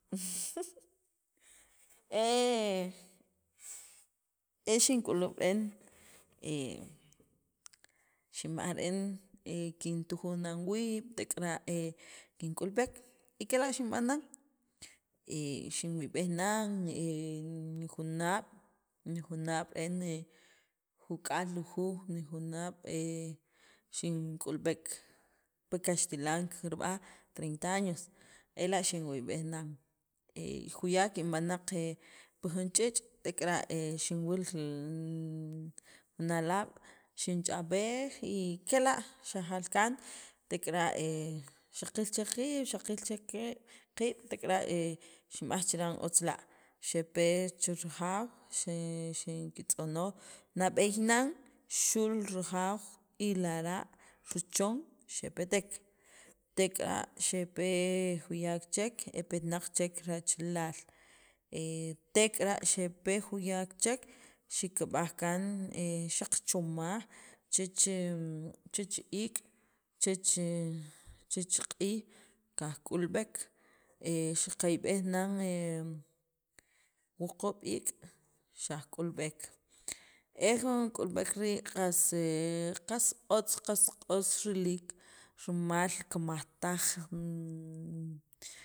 jjajajjajaja, he e xink'ulub' re'en he xinb'aj re'en e kintujuj nan wiib', tek'ara' kink'ulb'ek y kela' xinb'anan, e xinwiyb'ej nan nijunaab', nijunaab' re'en juk'al lujuuj he xink'ulb'ek, pi kaxtilan kirb'aj treinta años, ela' xinwiyb'ej nan. He juyak in b'anaq he pi jun ch'iich' tek'ara' he xinwil jun alaab' xinch'ab'ej y kela' xajal kaan, xaqil chek qiib' xaqil chek qe qiib' tek'ara' xinb'aj chiran otz la', xe pe chu rajaaw xin xinkitz'onoj, nab'eey nan xu'l rajaw y lara', richon xepetek, tek'ara' xepe juyak chek e petnaq chek rachalaal, he tek'ara' xe pe juyak chek xikb'aj kaan he xaqchomaj chech he iik', chech q'iij qaj k'ulb'ek xaqiyb'ej nan wuquub' iik', ¡Xajk'ulb'ek! e jun k'ulb'ek rii' qs otz qas q'os riliik rimal kimajtaj jun